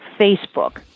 Facebook